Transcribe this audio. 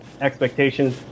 expectations